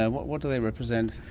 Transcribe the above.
and what what do they represent?